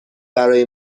برای